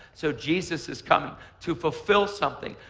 so jesus has come to fulfill something,